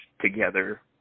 together